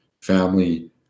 family